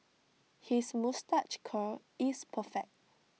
his moustache curl is perfect